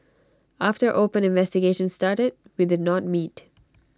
after open investigations started we did not meet